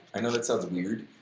i know that sounds weird,